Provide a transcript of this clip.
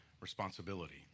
responsibility